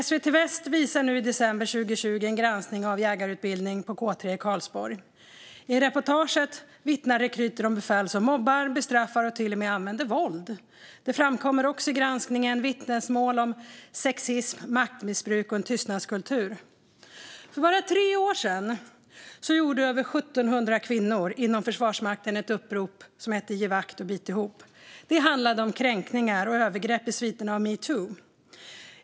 SVT Väst visade nu i december 2020 en granskning av jägarutbildningen på K 3 i Karlsborg. I reportaget vittnade rekryter om befäl som mobbar, bestraffar och till och med använder våld. Det framkommer också i granskningen vittnesmål om sexism, maktmissbruk och en tystnadskultur. För bara tre år sedan skrev över 1 700 kvinnor inom Försvarsmakten ett upprop som hette Giv akt och bit ihop. Det handlade om kränkningar och övergrepp i sviterna av metoo.